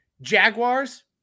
Jaguars